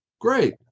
Great